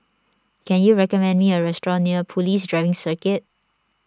can you recommend me a restaurant near Police Driving Circuit